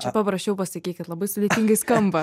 čia paprasčiau pasakykit labai sudėtingai skamba